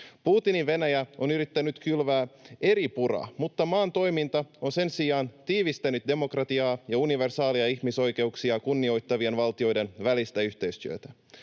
Putinin Venäjä on yrittänyt kylvää eripuraa, mutta maan toiminta on sen sijaan tiivistänyt demokratiaa ja universaaleja ihmisoikeuksia kunnioittavien valtioiden välistä yhteistyötä.